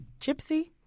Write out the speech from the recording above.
Gypsy